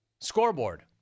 Scoreboard